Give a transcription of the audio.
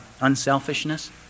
unselfishness